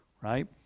right